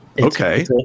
Okay